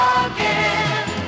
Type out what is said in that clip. again